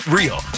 real